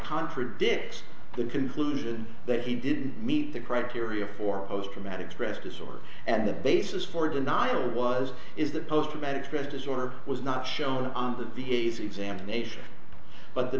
contradicts the conclusion that he didn't meet the criteria for us to manage stress disorder and the basis for denial was is that post traumatic stress disorder was not shown on the v a s examination but the